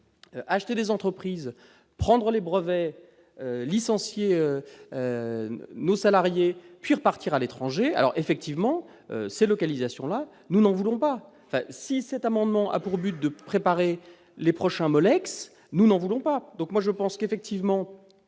acheter des entreprises prendront les brevets licenciés nos salariés puis partir à l'étranger alors effectivement ces localisations là nous n'en voulons pas si cet amendement a pour but de préparer les prochains Molex nous n'en voulons pas, donc moi je pense qu'effectivement